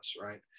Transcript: right